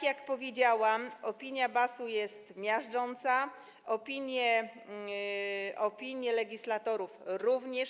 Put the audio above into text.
Jak powiedziałam, opinia BAS jest miażdżąca, opinie legislatorów również.